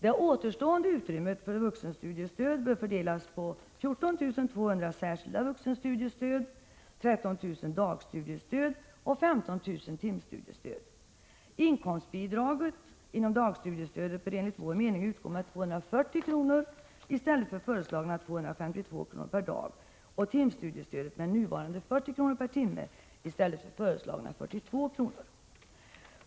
Det återstående utrymmet för vuxenstudiestöd bör fördelas på 14 200 särskilda vuxenstudiestöd, 13 000 dagstudiestöd och 15 000 timstudiestöd. Inkomstbidraget inom dagstudiestödet bör enligt vår mening utgå med 240 kr. per dag i stället för föreslagna 252 kr. per dag och timstudiestödet med nuvarande 40 kr. per timme i stället för föreslagna 42 kr. per timme.